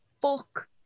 Fuck